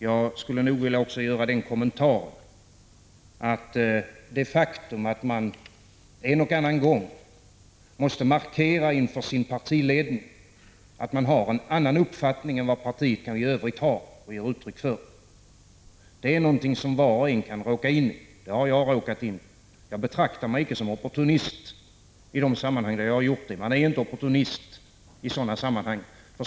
Jag skulle också vilja göra följande kommentar: Att man en och annan gång måste markera inför sin partiledning att man har en annan uppfattning än vad partiet i övrigt har och ger uttryck för, det är någonting som var och en kan råka ut för — och det har jag råkat ut för. Jag betraktar mig inte som opportunist vid de tillfällen då jag har gjort sådana markeringar; man är inte opportunist i sådana sammanhang.